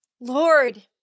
Lord